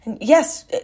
Yes